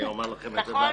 אני אומר לכם את זה באחריות.